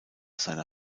seiner